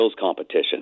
competition